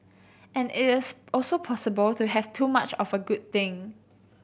and it is also possible to have too much of a good thing